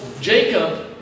Jacob